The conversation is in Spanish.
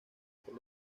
por